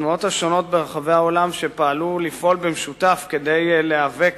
התנועות שפעלו ברחבי העולם במשותף כדי להיאבק